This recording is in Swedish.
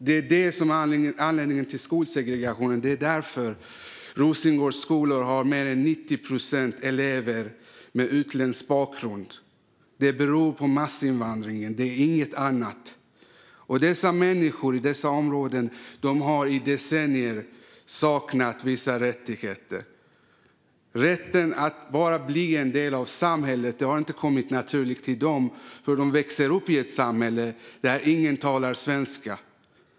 Detta är anledningen till skolsegregationen. Det är därför Rosengårds skolor har mer än 90 procent elever med utländsk bakgrund. Det beror på massinvandringen och inget annat. Dessa människor i dessa områden har i decennier saknat vissa rättigheter. Rätten att bli en del av samhället har inte kommit naturligt till dem, för de växer upp i ett samhälle där ingen talar svenska.